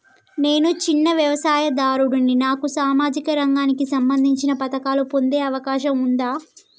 నేను చిన్న వ్యవసాయదారుడిని నాకు సామాజిక రంగానికి సంబంధించిన పథకాలు పొందే అవకాశం ఉందా?